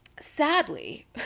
Sadly